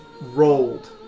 rolled